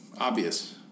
obvious